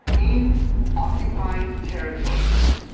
in occupied territories,